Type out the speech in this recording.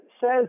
says